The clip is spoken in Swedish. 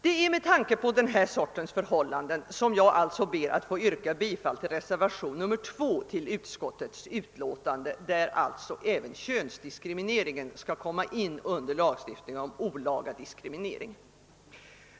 Det är med tanke på detta slags förhållanden som jag nu ber att få yrka bifall till reservationen 2 till utskottets utlåtande, vari alltså föreslås att även könsdiskrimineringen skall komma in under lagstiftningen om olaga diskriminering.